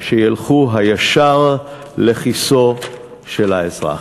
שילכו היישר לכיסו של האזרח.